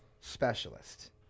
specialist